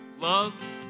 Love